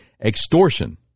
Extortion